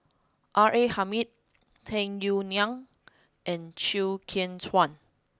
R A Hamid Tung Yue Nang and Chew Kheng Chuan